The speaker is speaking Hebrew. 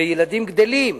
וילדים גדלים,